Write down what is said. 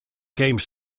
came